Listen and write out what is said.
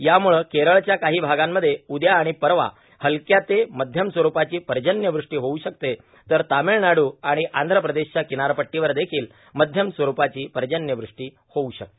यामुळं केरळच्या काही भागांमध्ये उद्या आणि परवा हलक्या ते मध्यम स्वरूपाची पर्जन्यवृष्टी होऊ शकते तर तामिळनाडू आणि आंध्र प्रदेशच्या किनारपट्टीवर देखील मध्यम स्वरूपाची पर्जन्यवृष्टी होऊ शकते